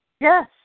Yes